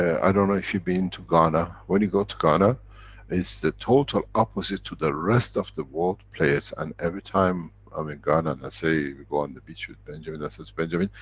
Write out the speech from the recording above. i don't know if you been to ghana? when you go to ghana is the total opposite, to the rest of the world players and every time i'm in ghana, let's and and say we go on the beach with benjamin, i says, benjamin,